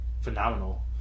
phenomenal